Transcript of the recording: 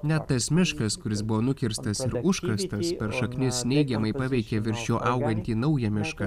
net tas miškas kuris buvo nukirstas užkastas per šaknis neigiamai paveikė virš jo augantį naują mišką